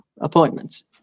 appointments